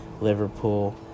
Liverpool